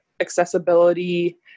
accessibility